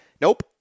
Nope